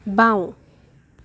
বাওঁ